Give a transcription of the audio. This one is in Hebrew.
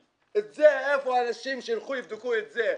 איפה האנשים שיבדקו את זה?